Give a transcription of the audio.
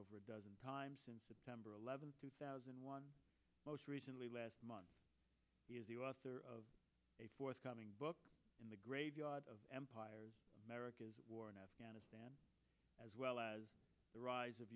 over a dozen times since september eleventh two thousand and one most recently last month he is the author of a forthcoming book in the graveyard of empires america's war in afghanistan as well as the rise of